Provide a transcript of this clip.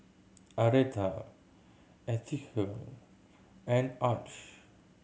Aretha Eithel and Arch